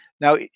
Now